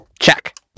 Check